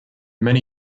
many